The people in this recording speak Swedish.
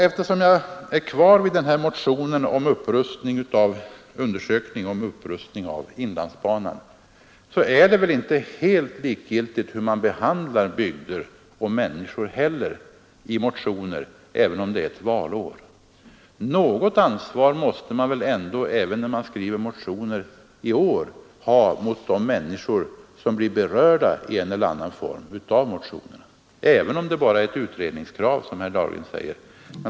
Eftersom jag är kvar vid den här motionen om undersökning rörande upprustning av inlandsbanan, så vill jag säga att det väl inte är helt likgiltigt hur man behandlar bygder och människor i motioner, även om det är ett valår. Något ansvar måste man väl ändå, när man skriver motioner, ha mot de människor som blir berörda i en eller annan form av motionerna, även om det bara är ett utredningskrav, som herr Dahlgren säger.